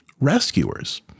rescuers